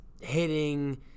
hitting